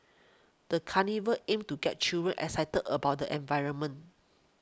the carnival aimed to get children excited about the environment